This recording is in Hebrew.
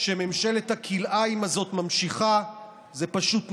שממשלת הכלאיים הזאת ממשיכה זה פשוט נזק.